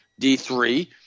D3